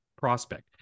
prospect